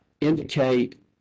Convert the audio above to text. indicate